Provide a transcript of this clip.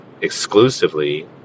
exclusively